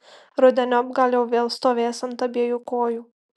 rudeniop gal jau vėl stovės ant abiejų kojų